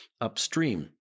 upstream